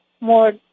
more